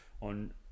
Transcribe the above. on